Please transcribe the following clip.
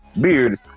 beard